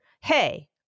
Hey